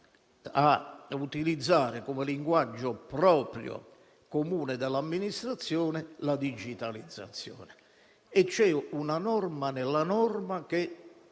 a utilizzare come linguaggio proprio e comune dell'amministrazione la digitalizzazione. C'è una norma nella norma, che